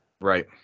Right